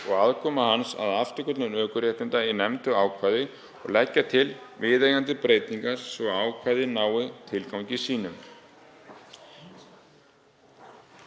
og aðkomu hans að afturköllun ökuréttinda í nefndu ákvæði og leggur til viðeigandi breytingar svo að ákvæðið nái tilgangi sínum.